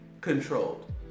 controlled